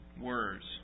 words